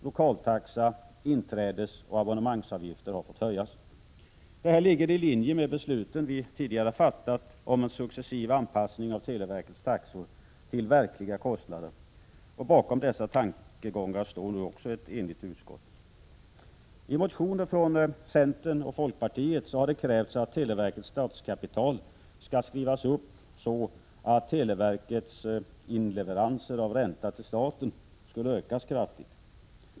Lokaltaxa, inträdesoch abonnemangsavgifter har fått höjas. Detta ligger i linje med de beslut som vi tidigare fattat om en successiv anpassning av televerkets taxor till verkliga kostnader. Bakom dessa tankegångar står nu ett enigt utskott. I motioner från centern och folkpartiet har det krävts att televerkets statskapital skall skrivas upp så, att televerkets inleveranser av ränta till staten skulle ökas kraftigt.